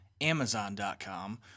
Amazon.com